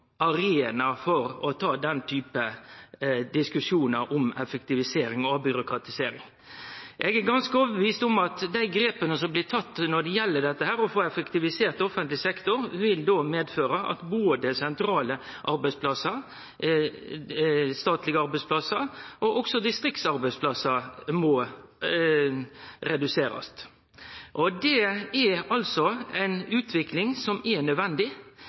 arena for å ta denne typen diskusjonar om effektivisering og avbyråkratisering. Eg er overtydd om at dei grepa som blir tatt når det gjeld å få effektivisert offentleg sektor, vil medføre at talet på både sentrale arbeidsplassar, statlege arbeidsplassar, og også distriktsarbeidsplassar, må reduserast. Det er ei utvikling som er nødvendig.